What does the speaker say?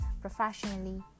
professionally